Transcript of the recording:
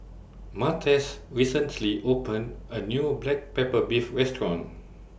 Martez recently opened A New Black Pepper Beef Restaurant